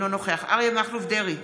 אינו נוכח אריה מכלוף דרעי,